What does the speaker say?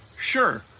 sure